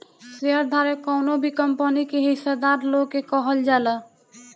share धारक कवनो भी कंपनी के हिस्सादार लोग के कहल जाला